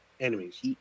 enemies